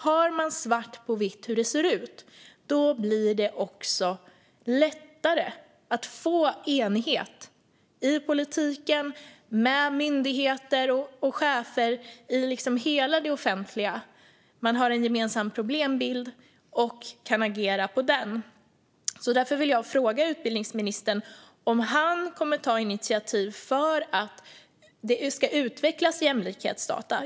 Har man svart på vitt hur det ser ut blir det lättare att nå enighet, i politiken och med myndigheter och chefer i hela det offentliga. Man har en gemensam problembild och kan agera utifrån den. Därför vill jag fråga utbildningsministern om han kommer att ta initiativ för att det ska utvecklas jämlikhetsdata.